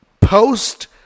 post